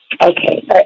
Okay